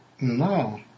No